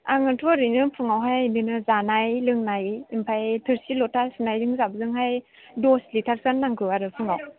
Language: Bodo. आङोथ' ओरैनो फुङावहाय बिदिनो जानाय लोंनाय ओमफ्राय थोरसि लथा सुनायजों जाबजोंहाय दस लिटारसोआनो नांगौ आरो फुङाव